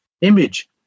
image